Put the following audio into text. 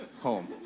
home